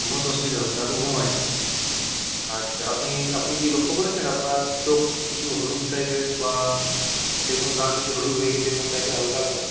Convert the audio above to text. ঘুমোতে অসুবিধা হয় রাতে ঘুম হয় না আচ্ছা আপনি আপনি কি লক্ষ্য করেছেন আপনার চোখ কিছু হলুদ টাইপের বা এরকম গা কিছু হলুদ হয়ে গেছে এরকম টাইপের হালকা হালকা